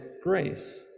grace